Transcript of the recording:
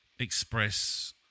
express